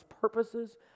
purposes